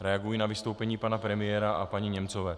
Reaguji na vystoupení pana premiéra a paní Němcové.